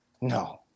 no